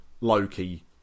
Loki